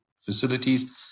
facilities